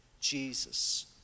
Jesus